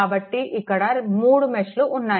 కాబట్టి మీకు ఇక్కడ 3 మెష్లు ఉన్నాయి